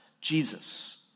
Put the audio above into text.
Jesus